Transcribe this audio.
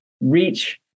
reach